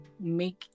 make